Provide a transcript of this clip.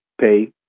pay